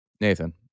Nathan